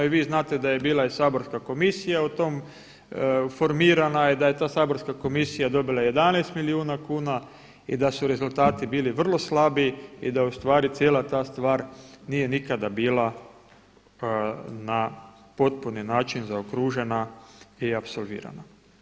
I vi znate da je bila i saborska komisija u tom, formirana je, da je saborska komisija dobila 11 milijuna kuna i da su rezultati bili vrlo slabi i da ustvari cijela ta stvar nije nikada bila na potpuni način zaokružena i apsolvirana.